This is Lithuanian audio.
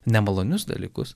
nemalonius dalykus